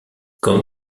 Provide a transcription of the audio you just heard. comme